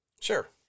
Sure